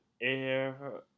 air